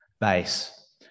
base